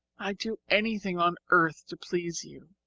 do anything on earth to please you.